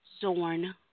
Zorn